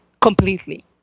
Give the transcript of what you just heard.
completely